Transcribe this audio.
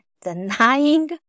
denying